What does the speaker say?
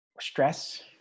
stress